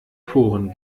poren